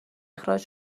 اخراج